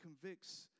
convicts